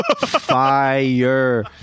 fire